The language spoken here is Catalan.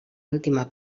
última